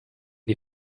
die